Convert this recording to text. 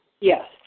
Yes